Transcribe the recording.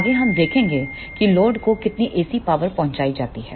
आगे हम देखेंगे कि लोड को कितनी ACपावर पहुंचाई जाती है